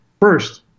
First